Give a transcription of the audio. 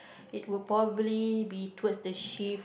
it would probably be towards the shift